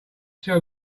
tell